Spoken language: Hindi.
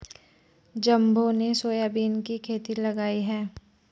जम्बो ने सोयाबीन की खेती लगाई है